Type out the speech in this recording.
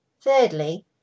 Thirdly